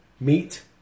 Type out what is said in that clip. Meet